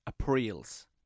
April's